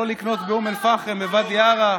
לא לקנות באום אל-פחם ובוואדי עארה?